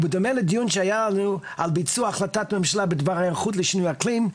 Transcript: ובדומה לדיון שהיה לנו על ביצוע החלטת ממשלה בדבר היערכות לשינוי אקלים,